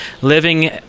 living